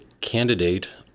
candidate